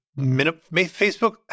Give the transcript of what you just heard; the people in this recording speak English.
Facebook